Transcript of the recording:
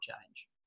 change